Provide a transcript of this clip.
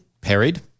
parried